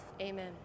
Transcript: Amen